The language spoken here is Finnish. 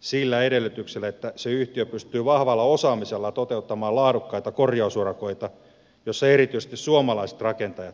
sillä edellytyksellä että se yhtiö pystyy vahvalla osaamisella toteuttamaan laadukkaita korjausurakoita joissa erityisesti suomalaiset rakentajat saavat työtä